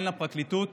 אין לפרקליטות